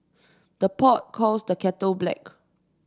the pot calls the kettle black